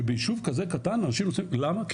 שבישוב כזה קטן אנשים נוסעים, למה?